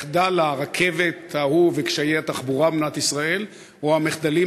מחדל הרכבת ההוא וקשיי התחבורה במדינת ישראל או המחדלים